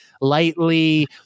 lightly